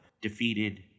defeated